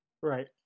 right